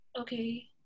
okay